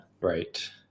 Right